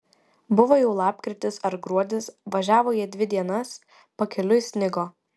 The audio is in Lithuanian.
buvo jau lapkritis ar gruodis važiavo jie dvi dienas pakeliui snigo